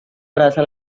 merasa